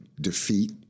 defeat